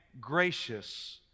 gracious